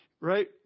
right